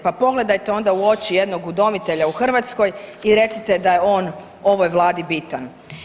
Pa pogledajte onda u oči jednog udomitelja u Hrvatskoj i recite da je on ovoj Vladi bitan.